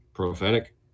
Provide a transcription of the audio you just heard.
prophetic